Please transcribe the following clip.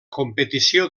competició